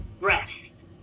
Rest